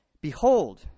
Behold